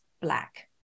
black